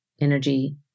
energy